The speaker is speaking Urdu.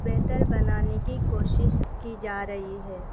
بہتر بنانے کی کوشش کی جا رہی ہے